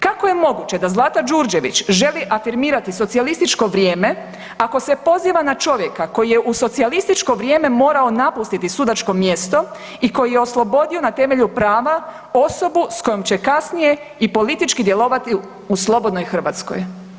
Kako je moguće da Zlata Đurđević želi afirmirati socijalističko vrijeme ako se poziva na čovjeka koji je u socijalističko vrijeme morao napustiti sudačko mjesto i koji je oslobodio na temelju prava osobu sa kojom će kasnije i politički djelovati u slobodnoj Hrvatskoj.